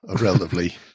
relatively